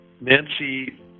Nancy